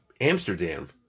Amsterdam